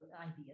idea